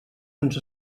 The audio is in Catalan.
ens